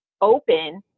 open